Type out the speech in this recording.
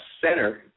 Center